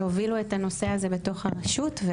שהובילו את הנושא הזה בתוך הרשות.